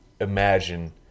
imagine